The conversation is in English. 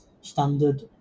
standard